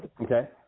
Okay